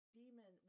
demon